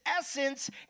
essence